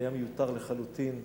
שהיה מיותר לחלוטין,